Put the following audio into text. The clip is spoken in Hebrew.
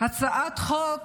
מהצעת חוק